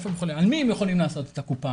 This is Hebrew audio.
על מי הם יכולים לעשות את הקופה?